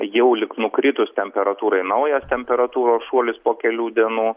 jau lyg nukritus temperatūrai naujas temperatūros šuolis po kelių dienų